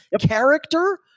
character